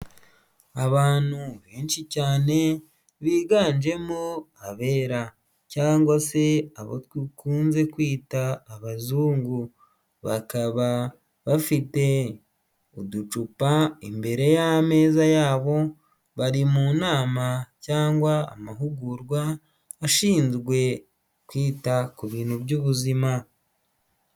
Abantu benshi cyane biganjemo abera cyangwa se abo bakunze kwita abazungu bakaba bafite uducupa imbere y'ameza yabo bari mu nama cyangwa amahugurwa ashinzwe kwita ku bintu by'ubuzima.